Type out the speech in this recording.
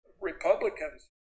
Republicans